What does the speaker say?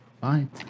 Fine